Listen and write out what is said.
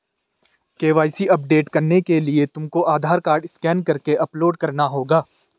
KYC update करने के लिए तुमको आधार कार्ड स्कैन करके अपलोड करना होगा